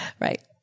Right